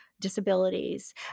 disabilities